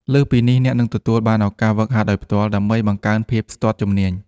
លើសពីនេះ អ្នកនឹងទទួលបានឱកាសហ្វឹកហាត់ដោយផ្ទាល់ ដើម្បីបង្កើនភាពស្ទាត់ជំនាញ។